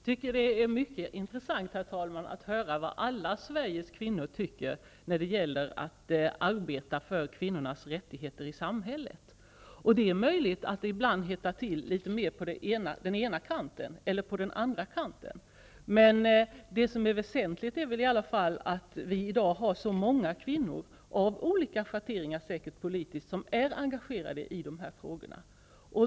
Herr talman! Jag tycker att det är mycket intressant att höra vad alla Sveriges kvinnor tycker när det gäller att arbeta för kvinnornas rättigheter i samhället. Det är möjligt att det ibland hettar till litet mer på den ena eller den andra kanten, men det som är väsentligt är väl i alla fall att i dag är så många kvinnor -- säkert av olika politiska schatteringar -- engagerade i jämställdhetsfrågorna.